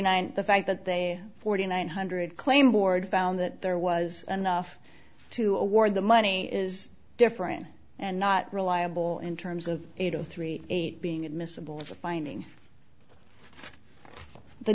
nine the fact that they forty nine hundred claymore and found that there was enough to award the money is different and not reliable in terms of eight zero three eight being admissible of a finding the